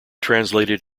translated